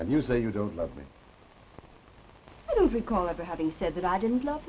and you say you don't love me recall ever having said that i didn't love